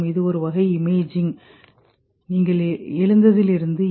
இது ஒரு வகை இமேஜிங் நீங்கள் எழுந்ததிலிருந்து என்